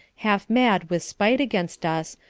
half mad with spite against us,